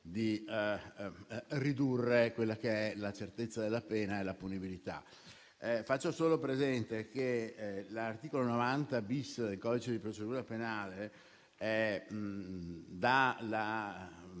di ridurre quella che è la certezza della pena e la punibilità. Faccio però presente che l'articolo 90-*bis* del codice di procedura penale dà